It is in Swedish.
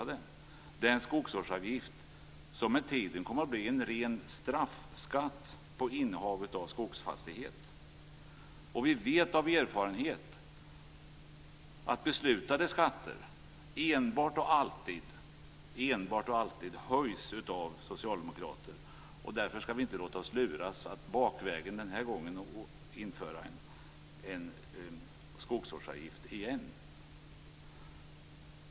Den här skogsvårdsavgiften kommer med tiden att bli en ren straffskatt på innehav av en skogsfastighet. Vi vet av erfarenhet att beslutade skatter enbart och alltid höjs av socialdemokrater. Därför skall vi inte låta oss luras att den här gången bakvägen införa en skogsvårdsavgift igen.